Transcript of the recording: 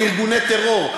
לארגוני טרור,